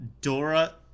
Dora